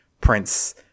Prince